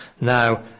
Now